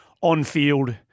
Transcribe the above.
on-field